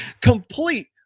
complete